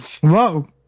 Whoa